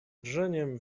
drżeniem